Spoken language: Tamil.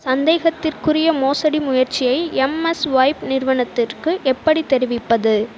சந்தேகத்திற்குரிய மோசடி முயற்சியை எம்எஸ்ஸ்வைப் நிறுவனத்திற்கு எப்படித் தெரிவிப்பது